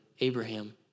Abraham